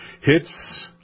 hits